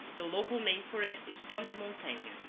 the local name for it is tome de montagne.